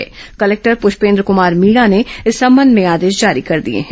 collector Pushpendra Kumar Meena ने इस संबंध में आदेश जारी कर दिए हैं